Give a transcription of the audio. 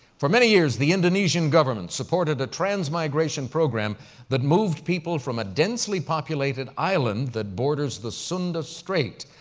for many years, the indonesian government supported a transmigration program that moved people from a densely populated island that borders the sunda strait.